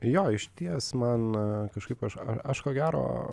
jo išties man kažkaip aš aš ko gero